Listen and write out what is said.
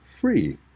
free